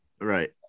Right